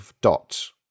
dots